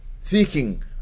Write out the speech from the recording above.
seeking